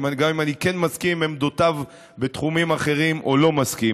גם אם אני מסכים לעמדותיו בתחומים אחרים או לא מסכים,